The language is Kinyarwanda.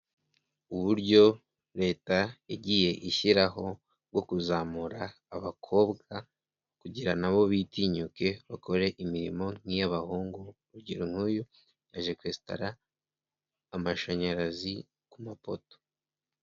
Uburyo Leta yagiye ishyiraho bwo kuzamura abakobwa kugira na bo bitinyuke bakore imirimo nk'iy'abahungu, urugero nk'uyu aje kwesitara amashanyarazi ku mapoto.